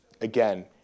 again